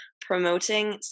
promoting